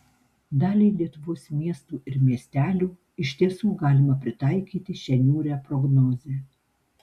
daliai lietuvos miestų ir miestelių iš tiesų galima pritaikyti šią niūrią prognozę